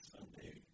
Sunday